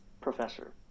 professor